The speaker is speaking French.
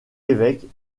évêques